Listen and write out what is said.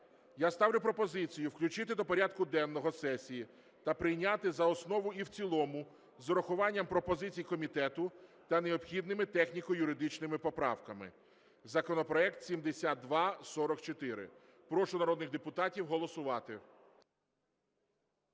Я ставлю пропозицію включити до порядку денного сесії та прийняти за основу і в цілому з урахуванням пропозицій комітету та необхідними техніко-юридичними поправками, законопроект 7244. Прошу народних депутатів голосувати.